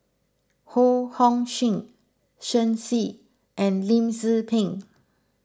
Ho Hong Sing Shen Xi and Lim Tze Peng